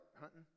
hunting